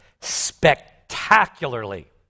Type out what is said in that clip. spectacularly